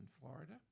Florida